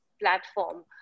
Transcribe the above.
platform